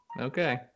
okay